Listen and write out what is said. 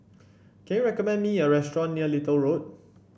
can you recommend me a restaurant near Little Road